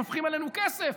שופכים עלינו כסף.